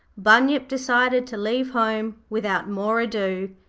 bunyip decided to leave home without more ado.